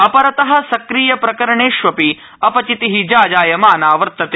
अपरत सक्रिय प्रकरणेष्वपि अपचिति जाजायमाना वर्तते